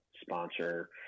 sponsor